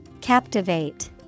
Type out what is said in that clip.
Captivate